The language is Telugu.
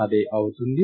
అదే అవుతుంది